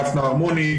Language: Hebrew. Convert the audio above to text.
דפנה ארמוני,